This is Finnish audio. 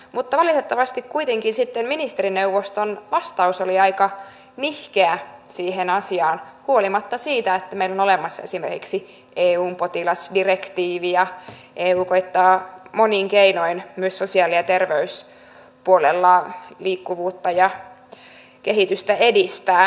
mutta valitettavasti kuitenkin sitten ministerineuvoston vastaus oli aika nihkeä siihen asiaan huolimatta siitä että meillä on olemassa esimerkiksi eun potilasdirektiivi ja eu koettaa monin keinoin myös sosiaali ja terveyspuolella liikkuvuutta ja kehitystä edistää